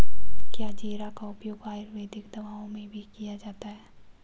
क्या जीरा का उपयोग आयुर्वेदिक दवाओं में भी किया जाता है?